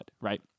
right